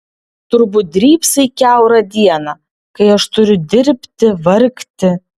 turbūt drybsai kiaurą dieną kai aš turiu dirbti vargti